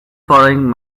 following